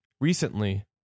Recently